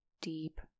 deep